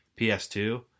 PS2